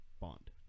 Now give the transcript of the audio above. Bond